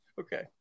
Okay